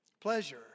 Pleasure